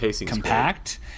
compact